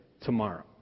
tomorrow